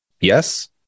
Yes